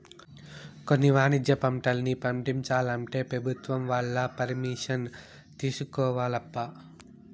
కొన్ని వాణిజ్య పంటల్ని పండించాలంటే పెభుత్వం వాళ్ళ పరిమిషన్ తీసుకోవాలబ్బా